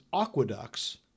aqueducts